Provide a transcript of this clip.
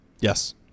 Yes